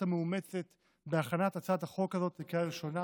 המאומצת בהכנת הצעת החוק הזאת לקריאה ראשונה.